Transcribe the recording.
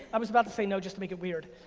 i was about to say no just to make it weird.